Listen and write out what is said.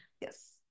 Yes